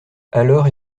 alors